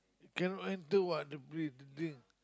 cannot enter what the place the drink